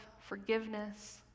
forgiveness